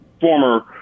former